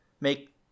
make